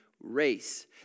race